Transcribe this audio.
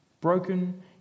Broken